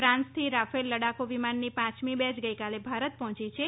ફાન્સથી Rafale લડાક્ વિમાનની પાંચમી બેચ ગઈકાલે ભારત પહોંચી છે